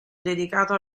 dedicato